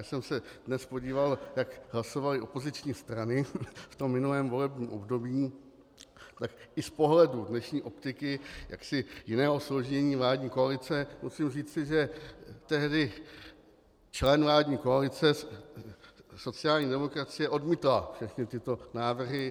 Já jsem se dnes podíval, jak hlasovaly opoziční strany v tom minulém volebním období, tak i z pohledu dnešní optiky jaksi jiného složení vládní koalice musím říci, že tehdy člen vládní koalice sociální demokracie odmítla všechny tyto návrhy.